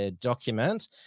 document